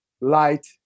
light